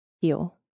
heal